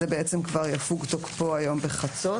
בעצם כבר יפוג תוקפו היום בחצות,